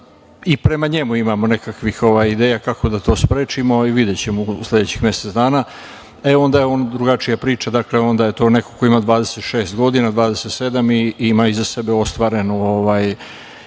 i prema njemu imamo nekakvih ideja kako da to sprečimo i videćemo u sledećih mesec dana, e onda je on drugačija priča, onda je to neko ima 26 godina, 27 i ima iza sebe ostvareno